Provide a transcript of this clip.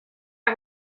our